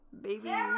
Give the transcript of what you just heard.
Baby